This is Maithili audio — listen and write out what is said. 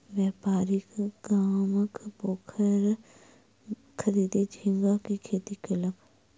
व्यापारी गामक पोखैर खरीद झींगा के खेती कयलक